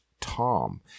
Tom